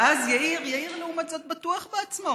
ואז יאיר, יאיר לעומת זאת בטוח בעצמו,